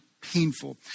painful